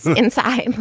inside.